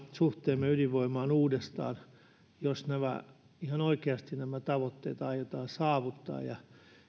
suhteemme ydinvoimaan uudestaan jos ihan oikeasti nämä tavoitteet aiotaan saavuttaa ja